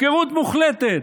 הפקרות מוחלטת.